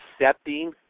accepting